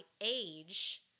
age